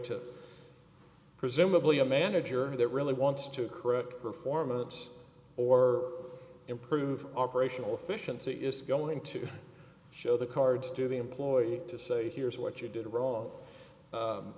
to presumably a manager that really wants to correct performance or improve operational efficiency is going to show the cards to the employee to say here's what you did wrong